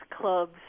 Clubs